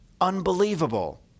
unbelievable